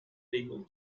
legal